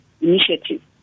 initiative